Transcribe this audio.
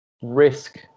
risk